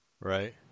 Right